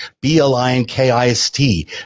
B-L-I-N-K-I-S-T